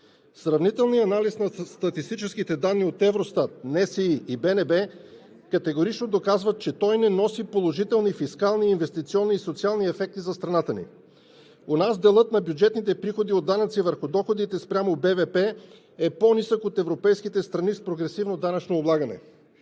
Националния статистически институт и Българската народна банка категорично доказват, че той не носи положителни фискални, инвестиционни и социални ефекти за страната ни. У нас делът на бюджетните приходи от данъци върху доходите спрямо БВП е по-нисък от европейските страни с прогресивно данъчно облагане.